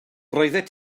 roeddet